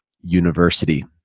University